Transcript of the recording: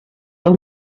del